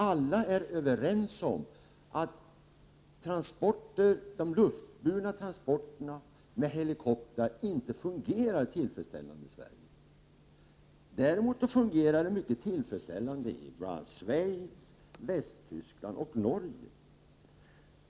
Alla är överens om att de luftburna transporterna med helikoptrar inte fungerar tillfredsställande i Sverige. Däremot fungerar de mycket tillfredsställande i bl.a. Schweiz, Västtyskland och Norge.